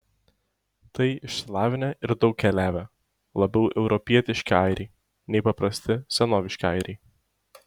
tai išsilavinę ir daug keliavę labiau europietiški airiai nei paprasti senoviški airiai